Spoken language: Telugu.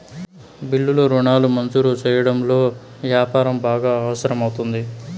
బిల్లులు రుణాలు మంజూరు సెయ్యడంలో యాపారం బాగా అవసరం అవుతుంది